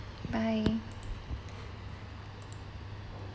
bye